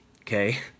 okay